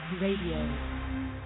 Radio